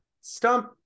Stump